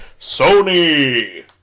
Sony